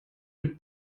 mit